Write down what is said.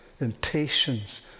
impatience